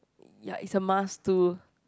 ya is a must to